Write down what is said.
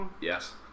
Yes